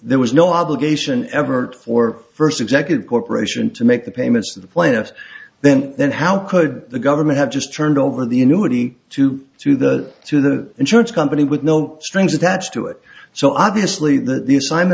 there was no obligation ever for first executive corporation to make the payments to the plaintiffs then then how could the government have just turned over the annuity to to the to the insurance company with no strings attached to it so obviously the